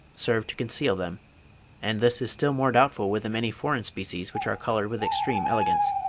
serve to conceal them and this is still more doubtful with the many foreign species which are coloured with extreme elegance.